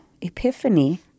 Epiphany